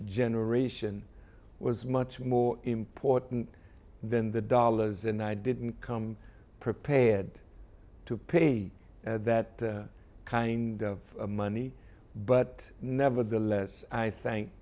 generation was much more important than the dollars and i didn't come prepared to pay that kind of money but nevertheless i